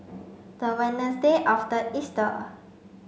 the Wednesday after Easter